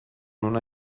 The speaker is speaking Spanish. una